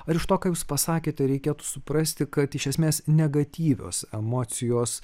ar iš to ką jūs pasakėte reikėtų suprasti kad iš esmės negatyvios emocijos